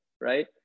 right